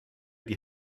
die